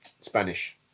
Spanish